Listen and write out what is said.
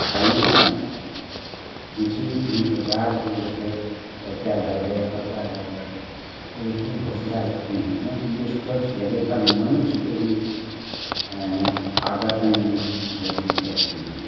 घर में बनाती हैं किसी भी प्रकार के ऐसे कच्चा घर है या पक्का घर है तो उसमें घोंसला रखती हैं क्योंकि यह स्वच्छ जगह पर मनुष्य के ही आकर्षण के ही नजदीक रहती हैं